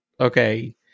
okay